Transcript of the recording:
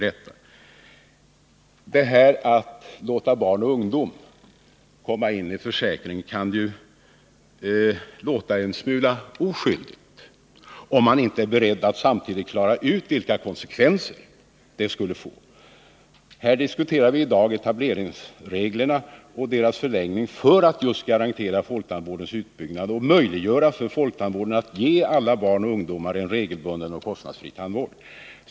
Detta att låta barn och ungdom komma in i försäkringen kan ju verka en smula oskyldigt, om man inte är beredd att samtidigt klara ut vilka konsekvenser det skulle få. Vi diskuterar i dag etableringsreglerna och deras förlängning för att just garantera folktandvårdens utbyggnad och möjliggöra för folktandvården att ge alla barn och ungdomar en regelbunden och kostnadsfri tandvård.